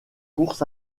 courses